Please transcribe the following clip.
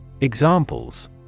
Examples